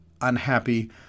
unhappy